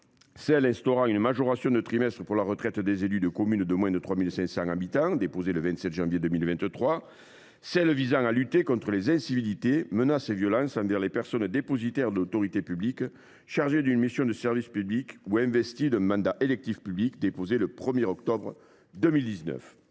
texte instaurant une majoration de trimestres pour la retraite des élus de communes de moins de 3 500 habitants, déposé le 27 janvier 2023, et un texte visant à lutter contre les incivilités, menaces et violences envers les personnes dépositaires de l’autorité publique, chargées d’une mission de service public ou investies d’un mandat électif public, déposé le 1 octobre 2019.